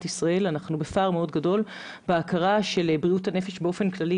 ישראל בהכרה של בריאות הנפש באופן כללי,